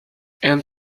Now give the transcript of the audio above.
and